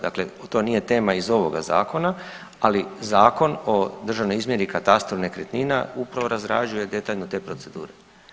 Dakle, to nije tema iz ovoga zakona ali Zakon o državnoj izmjeri i katastru nekretnina upravo razrađuje detaljno te procedure.